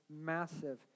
massive